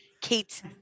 Kate